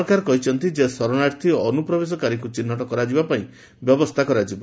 ସରକାର କହିଛନ୍ତି ଯେ ଶରଣାର୍ଥୀ ଓ ଅନୁପ୍ରବେଶକାରୀଙ୍କୁ ଚିହ୍ନଟ କରାଯିବା ପାଇଁ ବ୍ୟବସ୍ଥା କରାଯିବ